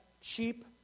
cheap